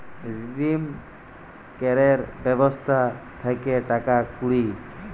redeem ক্যরের ব্যবস্থা থাক্যে টাকা কুড়ি